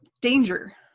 danger